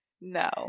no